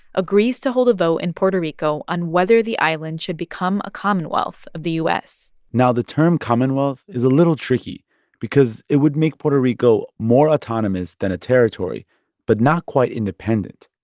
agrees to hold a vote in puerto rico on whether the island should become a commonwealth of the u s now, the term commonwealth is a little tricky because it would make puerto rico more autonomous than a territory but not quite independent.